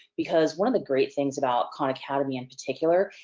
because one of the great things about khan academy in particular,